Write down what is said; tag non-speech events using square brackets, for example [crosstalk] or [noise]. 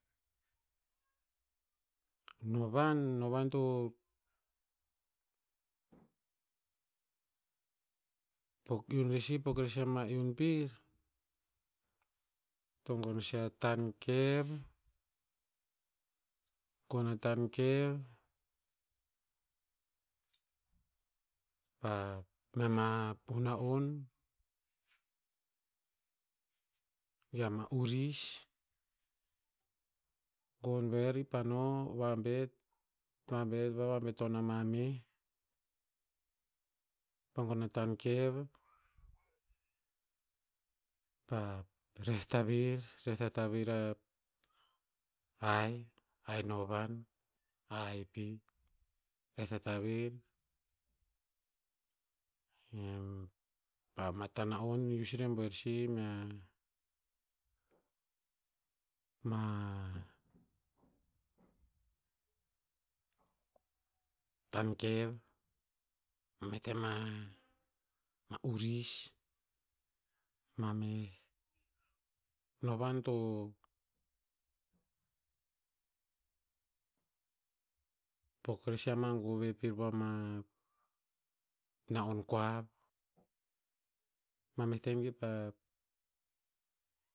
Novan, novan to, pok iun rer sih pok rer sih ama iun pir, to gon rer sih a tan kev, gon a tan kev, pa mea ma puh na'on, ge ama uris. Gon buer kipa no vabet. Vabet vavabet ton ama meh, pa gon a tan kev, pa reh tavir. Reh tatavir a hai. Hai novan. A hai pi. Reh tatavir. [hesitation] pama ta na'on uis irebuer sih mea ma, tan kev. Ma meh tema ama uris. Ma meh novan to pok rer sih ama gove pir pama, na'on koav. Ma meh tem kipa.